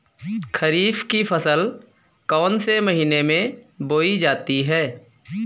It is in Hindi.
खरीफ की फसल कौन से महीने में बोई जाती है?